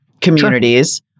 communities